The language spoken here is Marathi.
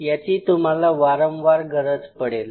याची तुम्हाला वारंवार गरज पडेल